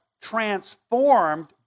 transformed